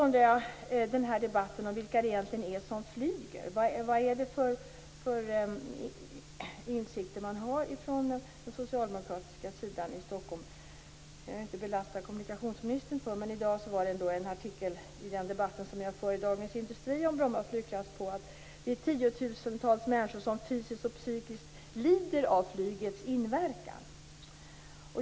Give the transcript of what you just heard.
När det gäller debatten om vilka det egentligen är som flyger undrar jag vilka insikter man har bland socialdemokraterna i Stockholm. Jag kan inte lasta kommunikationsministern för det, men i dag skrev man i en artikel i Dagens Industri, där jag för en debatt om Bromma flygplats, om "de tiotusentals personer som fysiskt och psykiskt lider av flygets inverkan".